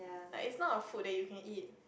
but it's not a food that you can eat